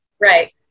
Right